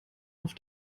auf